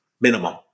minimum